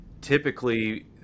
typically